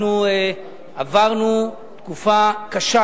אנחנו עברנו תקופה קשה,